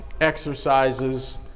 exercises